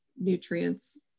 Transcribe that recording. nutrients